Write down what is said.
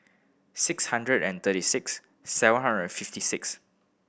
six hundred and thirty six seven hundred and fifty six